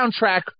soundtrack